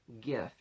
gift